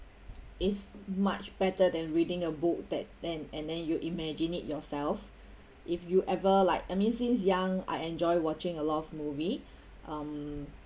it's much better than reading a book that then and then you imagine it yourself if you ever like I mean since young I enjoyed watching a lot of movies um